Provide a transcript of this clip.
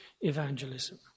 evangelism